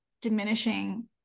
diminishing